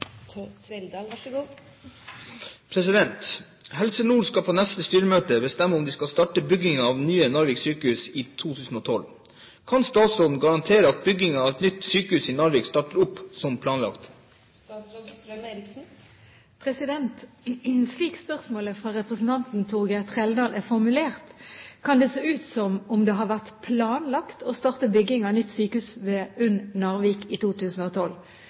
nye Narvik sykehus i 2012. Kan statsråden garantere at byggingen av et nytt sykehus i Narvik starter opp som planlagt?» Slik spørsmålet fra representanten Torgeir Trældal er formulert, kan det se ut som om det har vært planlagt å starte bygging av nytt sykehus ved UNN Narvik i 2012.